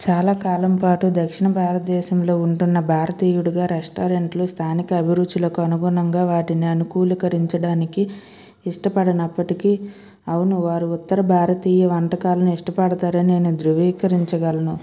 చాలా కాలం పాటు దర్శణ భారతదేశంలో ఉంటున్న భారతీయుడుగా రెస్టారెంట్లు స్థానిక అభిరుచులకు అనుగుణంగా వాటిని అనుకూలికరించడానికి ఇష్టపడనప్పటికీ అవును వారి ఉత్తర భారతీయు వంటకాలను ఇష్టపడతారని నేను ధ్రువీకరించగలను